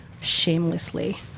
shamelessly